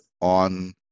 on